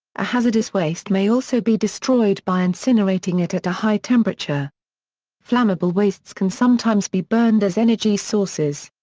a hazardous waste may also be destroyed by incinerating it at a high temperature flammable wastes can sometimes be burned as energy sources.